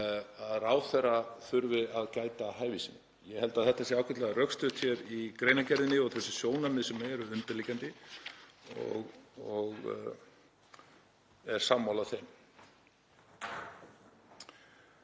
að ráðherra þurfi að gæta að hæfi sínu. Ég held að þetta sé ágætlega rökstutt hér í greinargerðinni og þau sjónarmið sem eru undirliggjandi og er sammála þeim.